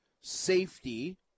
safety